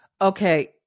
Okay